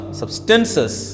substances